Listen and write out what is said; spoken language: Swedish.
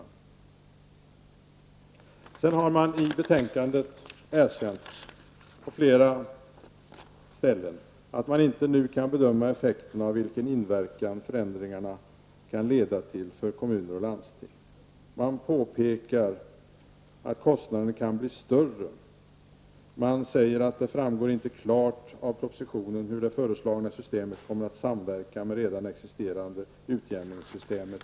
På flera ställen i betänkandet har man erkänt att man nu inte kan bedöma vilken inverkan förändringarna kan få för kommuner och landsting. Man påpekar att kostnaderna kan bli större. Man säger att det inte framgår klart av propositionen hur det föreslagna systemet kommer att samverka med redan existerande utjämningssystem, etc.